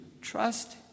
trust